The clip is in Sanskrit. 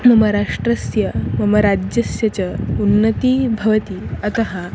मम राष्ट्रस्य मम राज्यस्य च उन्नतिः भवति अतः